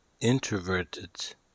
introverted